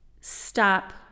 stop